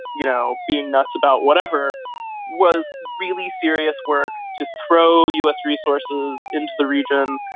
you know, being nuts about whatever was really serious work to throw u s. resources into the region,